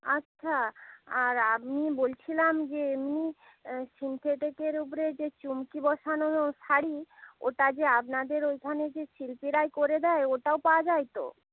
আচ্ছা আর আমি বলছিলাম যে এমনি সিন্থেটিকের উপরে যে চুমকি বসানো শাড়ি ওটা যে আপনাদের ওইখানে যে শিল্পীরাই করে দেয় ওটাও পাওয়া যায় তো